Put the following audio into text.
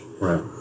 Right